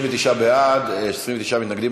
39 בעד, 29 מתנגדים.